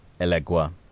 Elegua